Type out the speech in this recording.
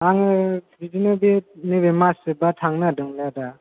आङो बिदिनो बे नैबे मास जोब्बा थांनो नागेरदोंमोमलै आदा